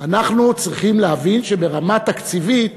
אנחנו צריכים להבין שברמה תקציבית